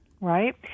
right